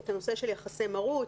את הנושא של יחסי מרות,